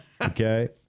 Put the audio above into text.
Okay